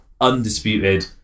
undisputed